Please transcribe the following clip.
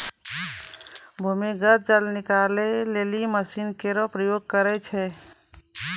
भूमीगत जल निकाले लेलि मसीन केरो प्रयोग करै छै